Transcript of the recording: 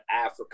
Africa